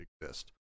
exist